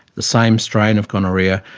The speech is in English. the same strain of gonorrhoea,